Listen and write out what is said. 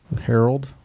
Harold